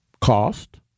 cost